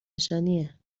نشانیه